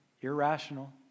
irrational